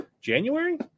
january